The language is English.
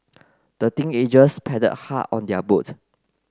the teenagers paddled hard on their boat